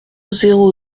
zéro